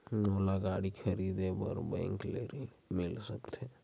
मोला गाड़ी खरीदे बार बैंक ले ऋण मिल सकथे?